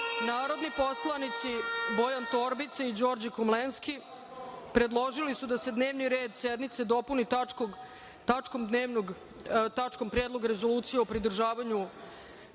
poslanici Bojan Torbica i Đorđe Komlenski predložili su da se dnevni red sednice dopuni tačkom – Predlog rezolucije o pridruživanju